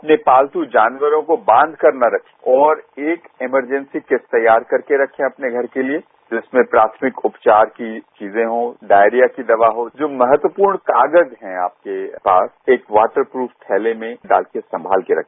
अपने पालतू जानवरों को बांध कर न रखें और एक अमरजेंसी किट तैयार करके रखें अपने घर के लिए जिसमें प्राथमिक उपचार की चीजें हों डायरिया की दवा हो जो महत्वपूर्ण कागज है आपके पास एक वाटर प्रुफ थैले में डाल कर संभाल कर रखें